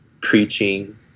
preaching